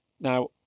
Now